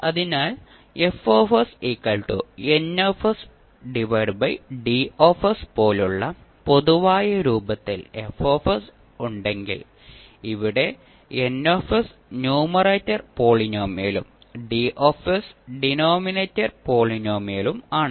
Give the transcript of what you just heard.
അതിനാൽപോലുള്ള പൊതുവായ രൂപത്തിൽ F ഉണ്ടെങ്കിൽ ഇവിടെ N ന്യൂമറേറ്റർ പോളിനോമിയലും D ഡിനോമിനേറ്റർ പോളിനോമിയലും ആണ്